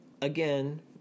again